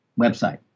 website